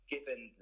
given